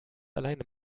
alleine